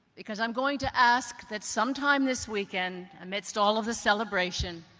because i'm going to ask that sometime this weekend, amidst all of the celebration,